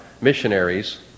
missionaries